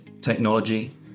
technology